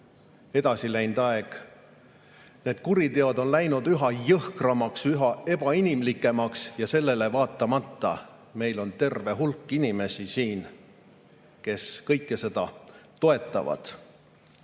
edasi läinud. Need kuriteod on läinud üha jõhkramaks, üha ebainimlikumaks ja sellele vaatamata meil on siin terve hulk inimesi, kes kõike seda toetavad. Ja